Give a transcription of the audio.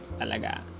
talaga